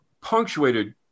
punctuated